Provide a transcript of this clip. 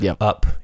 up